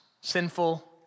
sinful